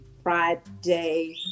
Friday